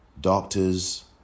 doctors